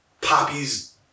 Poppy's